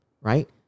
right